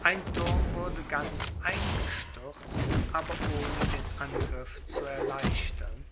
ein thurm wurde ganz eingestürzt aber ohne den angriff zu erleichtern